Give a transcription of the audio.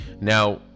Now